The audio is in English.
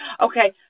Okay